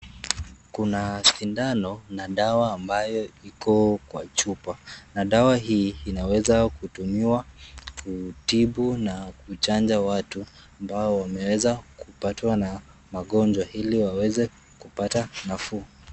Kuna sindano na dawa ambayo iko kwa chupa na dawa hii inaweza kutumiwa kutibu na kuchanja watu ambao wameweza kupatwa na magonjwa ili waweze kupata nafuu.